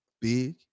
Big